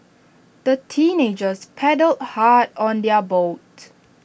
the teenagers paddled hard on their boat